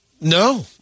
No